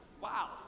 Wow